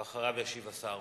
ואחריו ישיב השר.